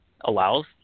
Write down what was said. allows